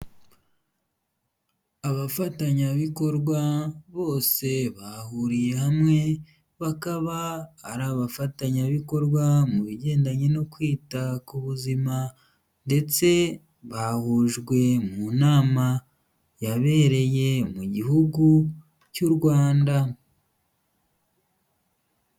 Abafatanyabikorwa bose bahuriye hamwe, bakaba ari abafatanyabikorwa mu bigendanye no kwita ku buzima, ndetse bahujwe mu nama yabereye mu gihugu cy'u Rwanda.